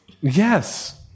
Yes